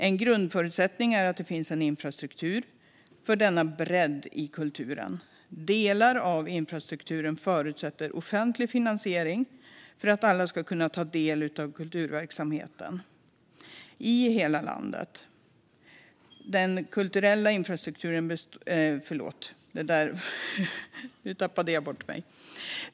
En grundförutsättning är att det finns en infrastruktur för denna bredd i kulturen. Delar av infrastrukturen förutsätter offentlig finansiering för att alla ska kunna ta del av kulturverksamheten, i hela landet.